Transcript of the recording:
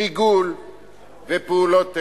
ריגול ופעולות טרור.